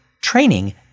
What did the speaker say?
training